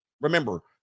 Remember